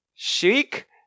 Chic